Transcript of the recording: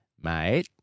mate